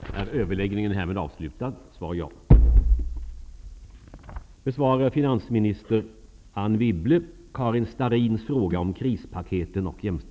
Det är viktigt att regering och riksdag tar ett tydligt initiativ för att lösa de stora ekonomiska problemen som vi har i Sverige. Därför var framtagandet av krispaketen helt nödvändiga. För att få trovärdighet för förslagen måste vi veta att effekterna av paketen slår rättvist.